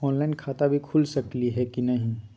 Online खाता भी खुल सकली है कि नही?